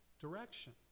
direction